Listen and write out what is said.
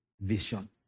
vision